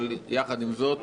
אבל יחד עם זאת,